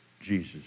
Jesus